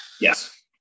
Yes